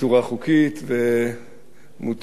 בצורה חוקית ומותרת.